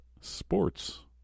sports